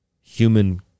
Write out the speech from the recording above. human